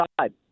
side